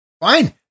Fine